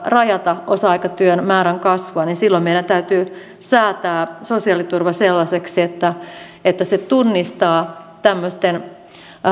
rajata osa aikatyön määrän kasvua silloin meidän täytyy säätää sosiaaliturva sellaiseksi että että se tunnistaa tämmöisten